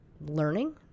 learning